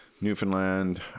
Newfoundland